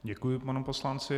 Děkuji panu poslanci.